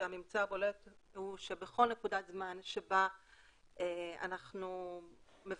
הממצא הבולט הוא שבכל נקודת זמן שבה אנחנו מבקשים